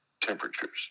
temperatures